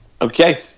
Okay